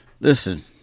Listen